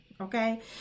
okay